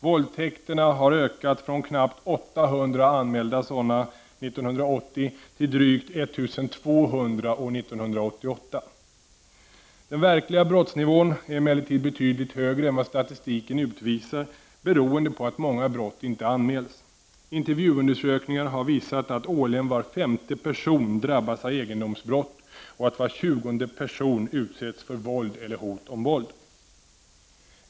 Våldtäkterna har ökat från knappt 800 anmälda sådana 1980 till drygt 1200 år 1988. Den verkliga brottsnivån är emellertid betydligt högre än vad statistiken utvisar, beroende på att många brott inte anmäls. Intervjuundersökningar har visat att årligen var femte person drabbas av egendomsbrott och att var tjugonde person utsätts för våld eller hot om våld.